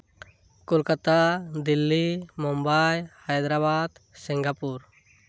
Kolkata Delhi Mumbai Hyderabad Singapore